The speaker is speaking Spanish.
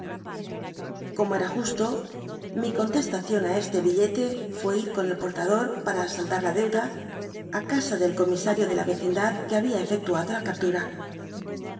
como era justo mi conteslacion á este billete fué ir con el portador para saldar la deuda á casa del comisario de la vecindad que ha bia